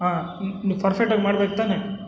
ಹಾಂ ನೀವು ಫರ್ಫೆಟ್ಟಾಗಿ ಮಾಡ್ಬೇಕು ತಾನೇ